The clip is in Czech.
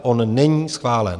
On není schválen.